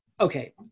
Okay